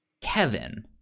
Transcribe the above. Kevin